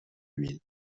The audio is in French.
l’huile